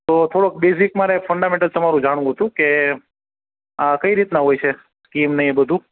તો થોડોક બેઝિક મારે ફન્ડામેન્ટલ તમારું જાણવું હતું કે આ કઈ રીતના હોય છે સ્કીમ ને એ બધું